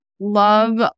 love